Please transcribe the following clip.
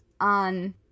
on